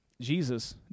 Jesus